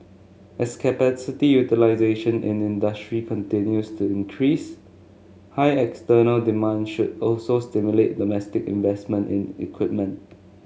as capacity utilisation in industry continues to increase high external demand should also stimulate domestic investment in equipment